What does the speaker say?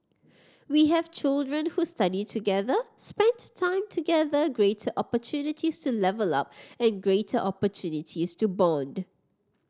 we have children who study together spent time together greater opportunities to level up and greater opportunities to bond